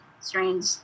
Strange